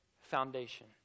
foundation